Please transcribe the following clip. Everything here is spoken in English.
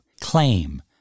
Claim